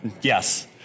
yes